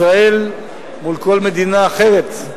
ישראל, מול כל מדינה אחרת,